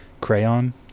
Crayon